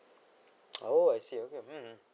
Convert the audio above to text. oh I see okay mmhmm